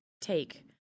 take